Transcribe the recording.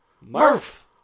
Murph